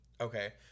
Okay